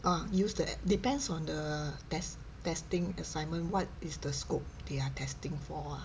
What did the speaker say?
ah use the app depends on the tes~ testing assignment what is the scope they are testing for ah